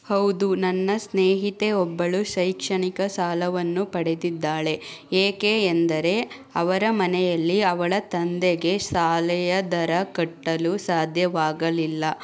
ಹೌದು ನನ್ನ ಸ್ನೇಹಿತೆ ಒಬ್ಬಳು ಶೈಕ್ಷಣಿಕ ಸಾಲವನ್ನು ಪಡೆದಿದ್ದಾಳೆ ಏಕೆ ಎಂದರೆ ಅವರ ಮನೆಯಲ್ಲಿ ಅವಳ ತಂದೆಗೆ ಶಾಲೆಯ ದರ ಕಟ್ಟಲು ಸಾಧ್ಯವಾಗಲಿಲ್ಲ